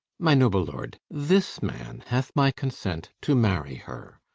my noble lord, this man hath my consent to marry her.